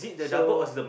so